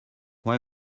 why